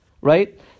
right